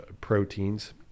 proteins